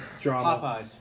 Drama